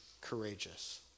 courageous